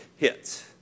hits